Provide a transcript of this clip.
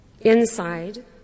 Inside